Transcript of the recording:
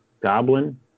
goblin